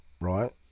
right